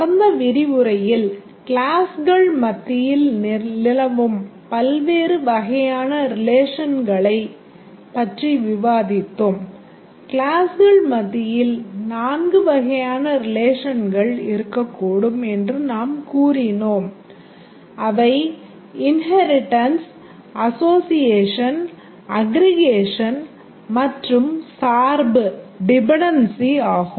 கடந்த விரிவுரையில் கிளாஸ்கள் மத்தியில் நிலவும் பல்வேறு வகையான relationகளைப் ஆகும்